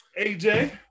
AJ